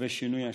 לגבי שינוי השם.